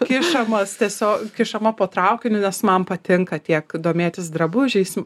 kišamas tiesiog kišama po traukiniu nes man patinka tiek domėtis drabužiais